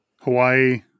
Hawaii